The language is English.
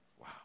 Wow